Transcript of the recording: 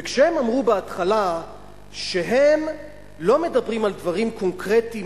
וכשהם אמרו בהתחלה שהם לא מדברים על דברים קונקרטיים,